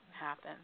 happen